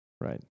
Right